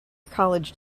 college